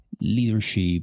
leadership